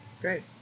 Great